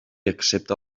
accepta